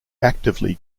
actively